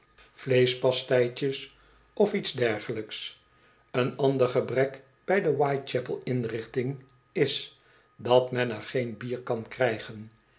vleeschpasteitjes of iets dergelijks een ander gebrek bij de whitechapel inrichting is dat men er geen bier kan krijgen